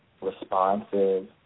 responsive